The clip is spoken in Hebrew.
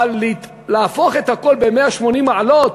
אבל להפוך את הכול ב-180 מעלות,